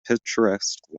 picturesque